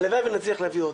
הלוואי ונצליח להביא עוד.